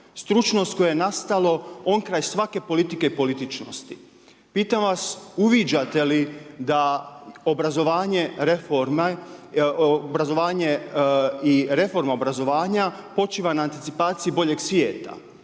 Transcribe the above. Stručnost koje je nastalo, onkraj svake politike i političnosti. Pitam vas uviđate li da obrazovanje i reforme obrazovanja počiva na anticipaciji boljeg svijeta?